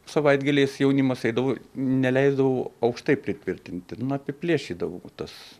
savaitgaliais jaunimas eidavo neleisdavo aukštai pritvirtinti apiplėšydavo tas